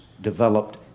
developed